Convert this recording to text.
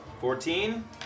Fourteen